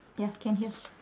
ya can hear